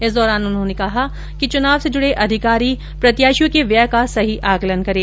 इस दौरान उन्हेांने कहा कि चुनाव से जूडे अधिकारी प्रत्याशियों के व्यय का सही आंकलन करें